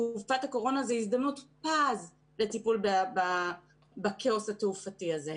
תקופת הקורונה זו הזדמנות פז לטיפול בכאוס התעופתי הזה,